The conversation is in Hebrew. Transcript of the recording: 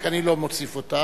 אני לא מוסיף אותה,